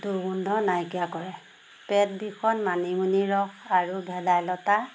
দুৰ্গন্ধ নাইকিয়া কৰে পেট বিষত মানিমুনিৰ ৰস আৰু ভেলাইলতা